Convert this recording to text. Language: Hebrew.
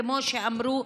כמו שאמרו,